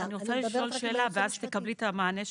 אני רוצה לשאול שאלה ואז תקבלי את המענה שלך.